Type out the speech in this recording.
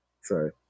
sorry